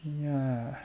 ya